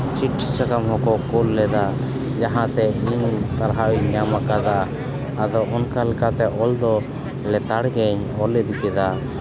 ᱪᱤᱴᱷᱤ ᱥᱟᱠᱟᱢ ᱦᱚᱸᱠᱚ ᱠᱩᱞ ᱞᱮᱫᱟ ᱡᱟᱦᱟᱸ ᱛᱮ ᱤᱧ ᱥᱟᱨᱦᱟᱣᱤᱧ ᱧᱟᱢ ᱟᱠᱟᱫᱟ ᱟᱫᱚ ᱚᱱᱠᱟ ᱞᱮᱠᱟᱛᱮ ᱚᱞ ᱫᱚ ᱞᱮᱛᱟᱲ ᱜᱤᱧ ᱚᱞ ᱤᱫᱤ ᱠᱮᱫᱟ